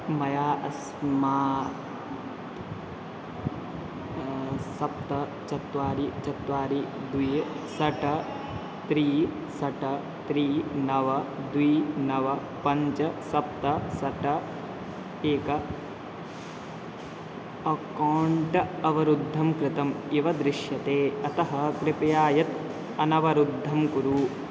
मया अकस्मात् सप्त चत्वारि चत्वारि द्वे षट् त्रीणि षट् त्रीणि नव द्वे नव पञ्च सप्त षट् एकम् अकौण्ट् अवरुद्धं कृतम् इव दृश्यते अतः कृपया यत् अनवरुद्धं कुरु